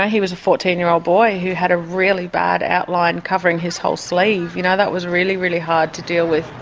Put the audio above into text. ah he was fourteen year old boy who had a really bad outline covering his whole sleeve, you know that was really, really hard to deal with.